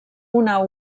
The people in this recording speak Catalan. una